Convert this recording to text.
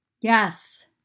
Yes